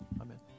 amen